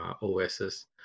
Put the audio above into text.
OSs